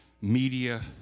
media